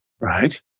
Right